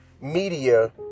media